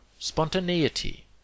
Spontaneity